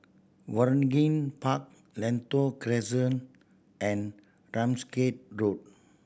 Waringin Park Lentor Crescent and Ramsgate Road